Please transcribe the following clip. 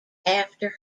after